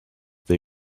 they